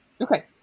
Okay